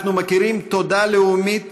אנחנו מכירים תודה לאומית